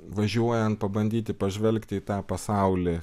važiuojant pabandyti pažvelgti į tą pasaulį